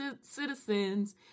citizens